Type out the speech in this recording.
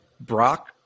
Brock